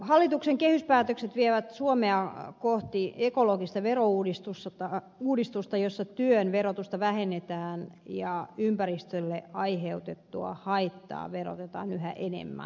hallituksen kehyspäätökset vievät suomea kohti ekologista verouudistusta jossa työn verotusta vähennetään ja ympäristölle aiheutettua haittaa verotetaan yhä enemmän